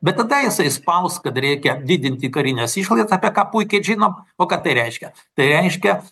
bet tada jisai spaus kad reikia didinti karines išlaidas apie ką puikiai žinom o ką tai reiškia tai reiškia